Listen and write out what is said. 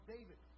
David